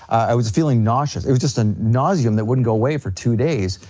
i was feeling nauseous, it was just a nauseum that wouldn't go away for two days.